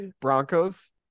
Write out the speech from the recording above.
Broncos